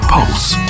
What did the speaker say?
Pulse